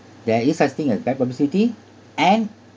there is such thing a bad publicity and